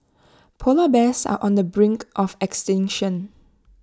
Polar Bears are on the brink of extinction